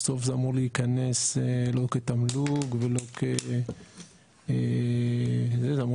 בסוף זה לא אמור להיכנס כתמלוג זה אמור